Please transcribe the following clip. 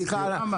מספיק,